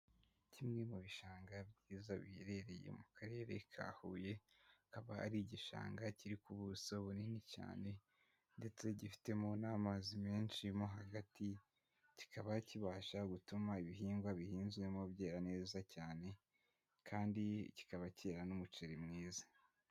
Kimwe mu bishanga byiza biherereye mu karere ka Huye, kikaba ari igishanga kiri ku buso bunini cyane ndetse gifitemo n'amazi menshi mo hagati, kikaba kibasha gutuma ibihingwa bihinzwemo byera neza cyane kandi kikaba cyera n'umuceri mwiza.